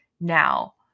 Now